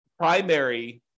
primary